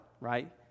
right